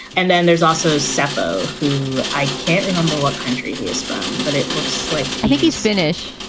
and then there's also seppo, who i can't remember what country he is from, but it looks like and like he's finish.